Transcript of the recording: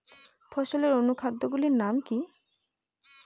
ফসলের অনুখাদ্য গুলির নাম কি?